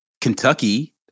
Kentucky